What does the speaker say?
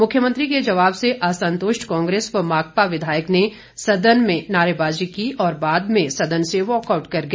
मुख्यमंत्री के जवाब से असंतुष्ट कांग्रेस व माकपा विधायक ने सदन में नारेबाजी की और बाद में सदन से वॉकआउट कर गया